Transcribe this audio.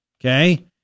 okay